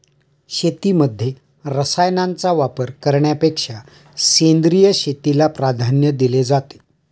शेतीमध्ये रसायनांचा वापर करण्यापेक्षा सेंद्रिय शेतीला प्राधान्य दिले जाते